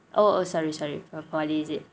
oh sorry sorry from poly is it